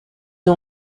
ont